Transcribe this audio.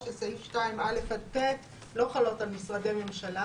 של סעיף2(א) עד (ט) לא חלות על משרדי הממשלה.